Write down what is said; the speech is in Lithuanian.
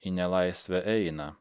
į nelaisvę eina